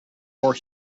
more